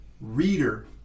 reader